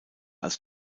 als